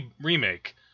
remake